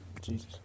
Jesus